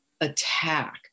attack